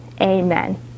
amen